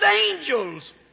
angels